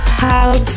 House